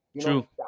True